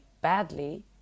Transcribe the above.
badly